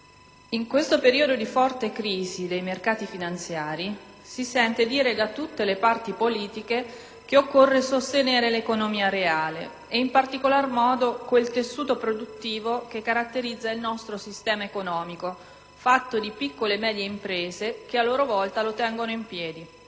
in questo periodo di forte crisi dei mercati finanziari si sente dire da tutte le parti politiche che occorre sostenere l'economia reale e, in particolar modo, quel tessuto produttivo che caratterizza il nostro sistema economico, costituito di piccole e medie imprese che, a loro volta, lo tengono in piedi.